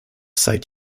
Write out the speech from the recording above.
seit